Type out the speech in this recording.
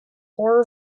horror